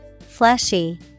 fleshy